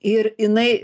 ir jinai